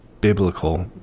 biblical